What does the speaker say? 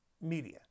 media